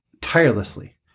tirelessly